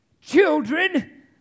children